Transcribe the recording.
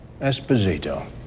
esposito